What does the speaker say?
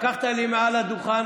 לקחת לי מעל הדוכן